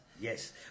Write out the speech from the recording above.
Yes